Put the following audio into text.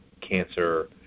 cancer